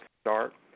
start